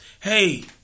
hey